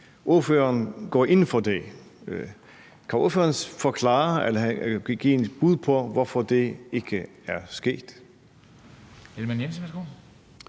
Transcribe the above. går ind for det. Kan han give et bud på, hvorfor det ikke er sket?